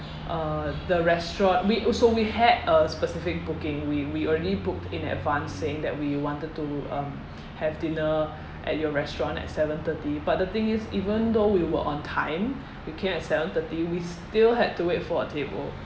uh the restaurant we uh so we had a specific booking we we already booked in advance saying that we wanted to um have dinner at your restaurant at seven thirty but the thing is even though we were on time we came at seven thirty we still had to wait for a table